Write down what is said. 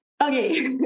Okay